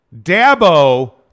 Dabo